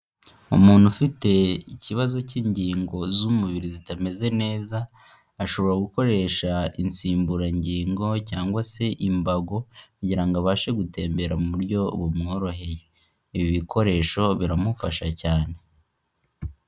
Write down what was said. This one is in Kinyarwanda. Umuntu ufite ikibazo cy'ingingo z'umubiri zitameze neza, ashobora gukoresha insimburangingo cyangwa se imbago, kugira ngo abashe gutembera mu buryo bumworoheye. Ibi bikoresho biramufasha cyane.